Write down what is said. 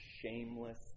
shameless